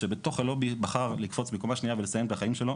שבתוך הלובי בחר לקפוץ מקומה שנייה ולסיים את החיים שלו.